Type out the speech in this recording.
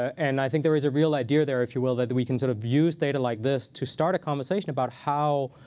and i think there is a real idea there, if you will, that we can sort of use data like this to start a conversation about how